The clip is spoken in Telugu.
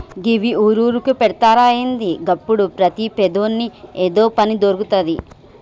గివ్వి ఊరూరుకు పెడ్తరా ఏంది? గప్పుడు ప్రతి పేదోని ఏదో పని దొర్కుతది